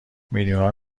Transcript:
میلیونها